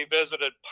visited